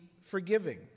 forgiving